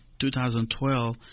2012